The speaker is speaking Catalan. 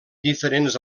diferents